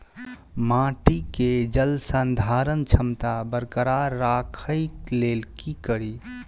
माटि केँ जलसंधारण क्षमता बरकरार राखै लेल की कड़ी?